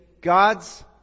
God's